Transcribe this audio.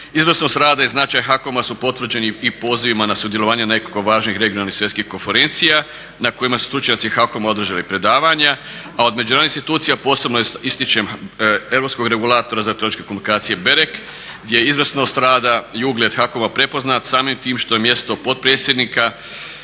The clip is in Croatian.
Izvrsnost rada i značaj HAKOM-a su potvrđeni i pozivima na sudjelovanje nekoliko važnih svjetskih konferencija na kojima su stručnjaci HAKOM-a održali predavanja. A od međunarodnih institucija posebno ističem Europskog regulatora za elektroničke komunikacije Berek gdje je izvrsnost rada i ugled HAKOM-a prepoznat samim time što je mjesto potpredsjednika